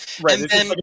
right